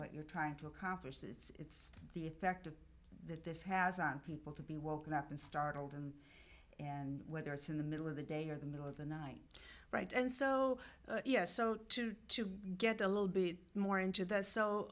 what you're trying to accomplish this it's the effect of that this has on people to be woken up and startled and and whether it's in the middle of the day or the middle of the night right and so yes so to to get a little bit more into the so